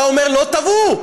אתה אומר: לא תבעו,